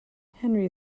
henry